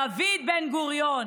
דוד בן-גוריון.